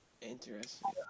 Interesting